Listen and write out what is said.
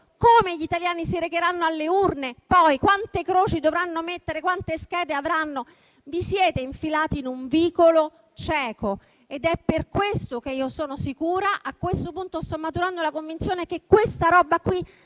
come gli italiani si recheranno alle urne, quante croci dovranno mettere, quante schede avranno. Vi siete infilati in un vicolo cieco. È per questo che sono sicura - a questo punto sto maturando la convinzione - che questa roba